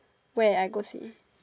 where I go see